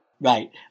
Right